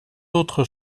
autres